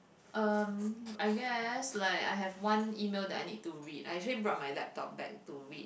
um I guess like I have one email that I need to read I actually brought my laptop back to read